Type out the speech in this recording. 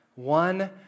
One